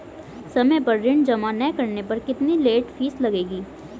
समय पर ऋण जमा न करने पर कितनी लेट फीस लगेगी?